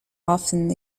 often